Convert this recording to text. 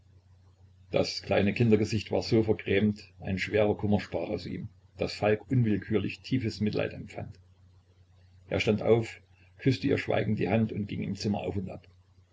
das kleine kindergesicht war so vergrämt ein schwerer kummer sprach aus ihm daß falk unwillkürlich tiefes mitleid empfand er stand auf küßte ihr schweigend die hand und ging im zimmer auf und ab